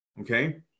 okay